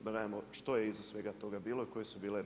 da vidimo što je iza toga svega bilo i koje su bile namjere.